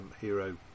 Hero